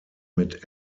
mit